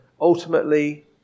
ultimately